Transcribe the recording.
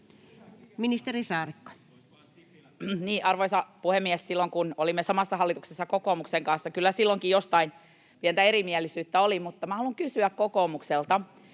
Content: Arvoisa puhemies! Kyllä silloinkin, kun olimme samassa hallituksessa kokoomuksen kanssa, jostain pientä erimielisyyttä oli. Mutta minä haluan kysyä kokoomukselta,